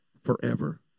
forever